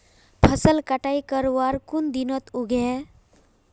फसल कटाई करवार कुन दिनोत उगैहे?